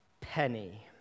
penny